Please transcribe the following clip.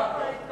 היא לא יכולה.